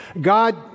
God